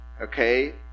okay